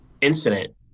incident